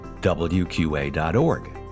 wqa.org